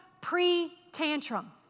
pre-tantrum